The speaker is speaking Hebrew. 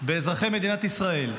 באזרחי מדינת ישראל,